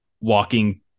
walking